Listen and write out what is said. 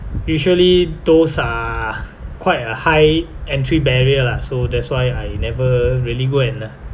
usually those are quite a high entry barrier lah so that's why I never really go and